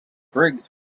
briggs